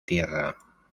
tierra